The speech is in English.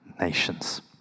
nations